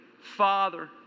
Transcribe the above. father